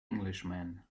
englishman